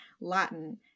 Latin